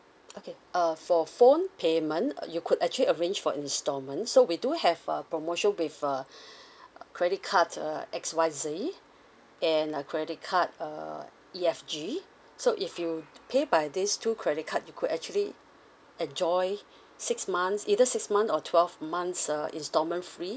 okay uh for phone payment uh you could actually arrange for installments so we do have a promotion with uh credit card uh X Y Z and uh credit card uh E F G so if you pay by this two credit card you could actually enjoy six months either six month or twelve months uh instalment free